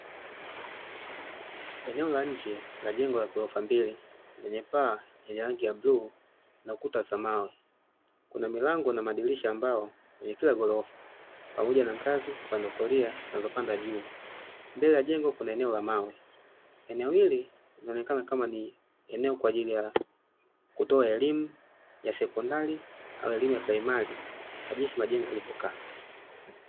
Eneo la nje la jengo la ghorofa mbili lenye paa lenye rangi ya bluu na ukuta wa dhamala, kuna milango na madirisha ya mbao kwenye kila ghorofa pamoja na ngazi upande wa kulia zinazipanda juu, mbele ya jengo kuna eneo la mawe, eneo hili linaonekana kama eneo kwa ajili ya kutoa elimu ya sekondari au elimu ya praimari kwa jinsi majengo yalivyokaa.